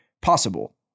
possible